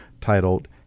titled